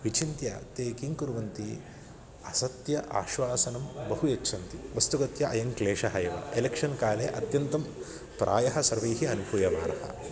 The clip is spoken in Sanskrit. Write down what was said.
विचिन्त्य ते किं कुर्वन्ति असत्यम् आश्वासनं बहु यच्छन्ति वस्तुगत्या अयं क्लेशः एव एलेक्षन् काले अत्यन्तं प्रायः सर्वैः अनुभूयमानः